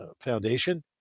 Foundation